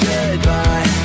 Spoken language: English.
Goodbye